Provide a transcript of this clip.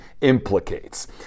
implicates